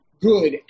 good